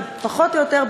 ופחות או יותר,